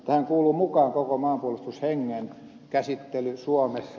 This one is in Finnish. tähän kuuluu mukaan koko maanpuolustushengen käsittely suomessa